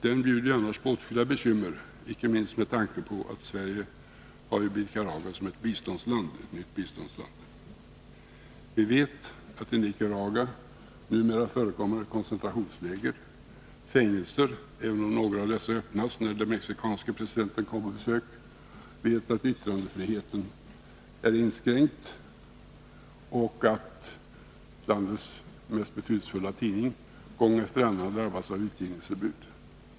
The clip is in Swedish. Den bjuder ju annars på åtskilliga bekymmer, icke minst med tanke på att Sverige ju har Nicaragua som ett nytt biståndsland. Vi vet att det i Nicaragua numera förekommer koncentrationsläger, fängelser, även om några av dessa öppnas när den mexikanske presidenten kommer på besök. Vi vet att yttrandefriheten är inskränkt och att landets mest betydelsefulla tidning gång efter annan drabbats av utgivningsförbud.